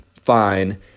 fine